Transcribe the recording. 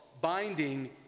binding